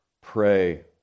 pray